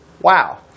Wow